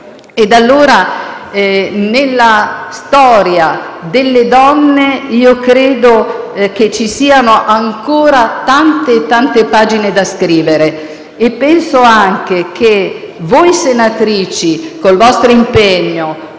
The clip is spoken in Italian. Ed allora, nella storia delle donne, credo ci siano ancora tante e tante pagine da scrivere e penso anche che voi senatrici, con il vostro impegno,